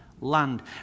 land